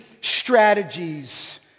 strategies